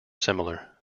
similar